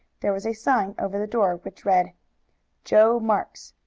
there was a sign over the door which read joe marks,